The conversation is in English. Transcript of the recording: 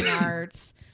arts